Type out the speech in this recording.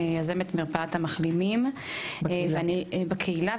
יוזמת מרפאת המחלימים בקהילה.